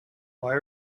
why